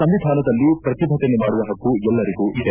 ಸಂವಿಧಾನದಲ್ಲಿ ಪ್ರತಿಭಟನೆ ಮಾಡುವ ಪಕ್ಕು ಎಲ್ಲರಿಗೂ ಇದೆ